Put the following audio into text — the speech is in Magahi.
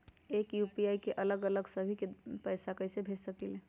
एक यू.पी.आई से अलग अलग सभी के पैसा कईसे भेज सकीले?